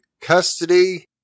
custody